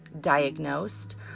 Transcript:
diagnosed